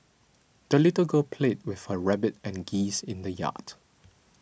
the little girl played with her rabbit and geese in the yard